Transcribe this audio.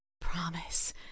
Promise